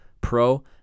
pro